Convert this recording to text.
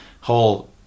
whole